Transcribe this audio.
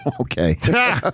Okay